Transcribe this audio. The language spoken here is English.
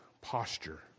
posture